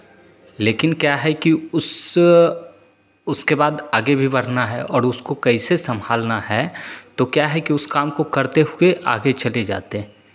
लेकिन क्या है कि उस उसके बाद आगे भी बढ़ना है और उसको कैसे संभालना है तो क्या है कि उस काम को करते हुए आगे चले जाते हैं